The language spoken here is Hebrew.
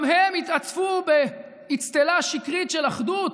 גם הם התעטפו באצטלה שקרית של אחדות,